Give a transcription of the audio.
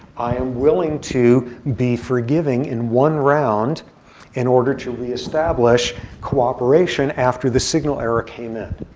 i am willing to be forgiving in one round in order to re-establish cooperation after the signal error came in.